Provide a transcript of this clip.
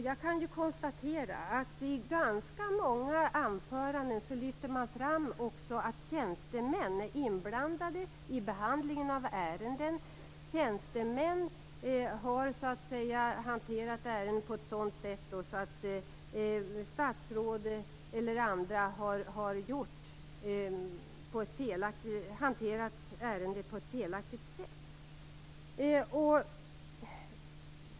Jag kan konstatera att det i ganska många anföranden lyfts fram att också tjänstemän är inblandade i behandlingen av ärenden. Tjänstemän har så att säga hanterat ärenden på ett sådant sätt att statsråd eller andra har agerat på ett felaktigt sätt.